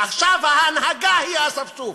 עכשיו ההנהגה היא האספסוף.